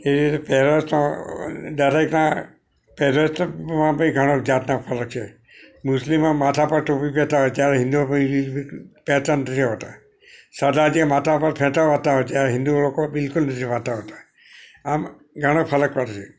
એ પહેરવેશ તો દરેકના પહેરવેશતો પણ ઘણો જાતનો ફર્ક છે મુલસિમો માથા પર ટોપી પેરતા હોય જ્યારે હિન્દુઓ પેરતા નથી હોતા સરદારજી માથા પર ફેટા વાળતા હોય છે જ્યારે હિન્દુ લોકો બીલકુલ નથી બાંધતા હોતા આમ ઘણો ફરક પડશે